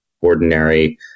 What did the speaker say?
ordinary